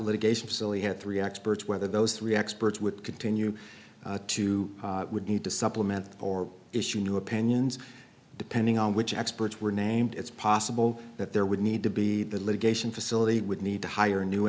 litigation facility had three experts whether those three experts would continue to would need to supplement or issue new opinions depending on which experts were named it's possible that there would need to be the litigation facility would need to hire new